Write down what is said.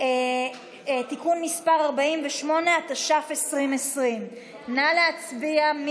הכנסת (תיקון מס' 48), התשפ"א 2020. נא להצביע.